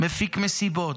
מפיק מסיבות,